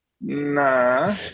nah